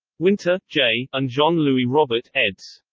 winter, jay, and jean-louis robert, eds.